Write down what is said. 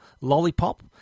lollipop